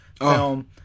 film